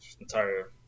entire